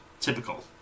Typical